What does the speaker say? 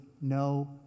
no